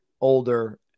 older